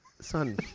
son